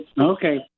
Okay